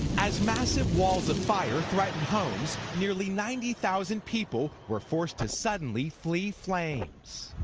as massive walls of fire threaten homes, nearly ninety thousand people were forced to suddenly flee flames.